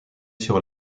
sur